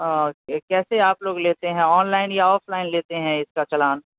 okay کیسے آپ لوگ لیتے ہیں آن لائن یا آف لائن لیتے ہیں اس کا چالان